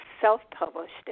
self-published